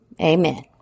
Amen